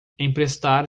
emprestar